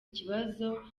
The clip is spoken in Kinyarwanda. ikibazo